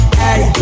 hey